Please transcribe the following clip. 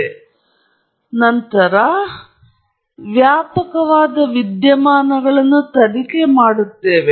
ತದನಂತರ ಆಧರಿಸಿ ನಾವು ವ್ಯಾಪಕವಾದ ವಿದ್ಯಮಾನಗಳನ್ನು ತನಿಖೆ ಮಾಡುತ್ತೇವೆ